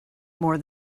more